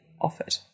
offered